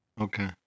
Okay